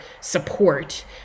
support